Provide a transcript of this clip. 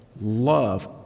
love